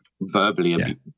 verbally